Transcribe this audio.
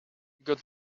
got